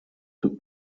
took